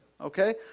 Okay